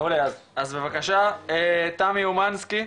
אז בבקשה תמי אומנסקי,